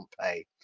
pay